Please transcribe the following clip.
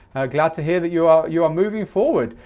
glad to hear that you are you are moving forward.